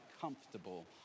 comfortable